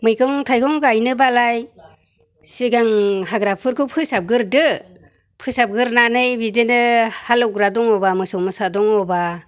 मैगं थाइगं गायनोबालाय सिगां हाग्राफोरखौ फोसाबग्रोदो फोसाबग्रोनानै बिदिनो हालेवग्रा दङबा मोसौ मोसा दङबा